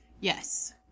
Yes